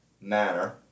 manner